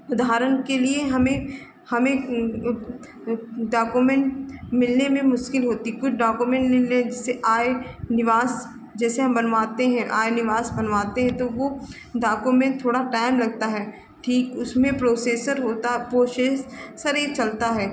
उदाहरण के लिए हमें हमें डॉक्यूमेन्ट मिलने में मुश्किल होती कुछ डॉक्यूमेन्ट मिलने जैसे आय निवास जैसे हम बनवाते हैं आय निवास बनवाते हैं तो वह डॉक्यूमेन्ट थोड़ा टाइम लगता है ठीक उसमें प्रोसेसर होता प्रोसेसर एक चलता है